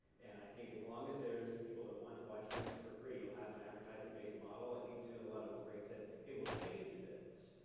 and i think as long as there's people that want to watch things for free, you'll have an advertising based model. i think, too, a lot of what greg said, it will change a bit,